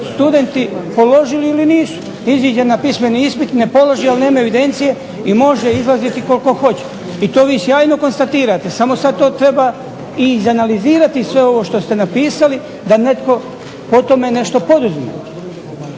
studenti položili ili nisu. Iziđe na pismeni ispit, ne položi, ali nemaju evidencije i može izlaziti koliko hoće. I to vi sjajno konstatirate samo sad to treba i izanalizirati sve ovo što ste napisali da netko po tome nešto poduzme.